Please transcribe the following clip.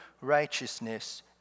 righteousness